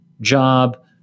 job